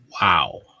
Wow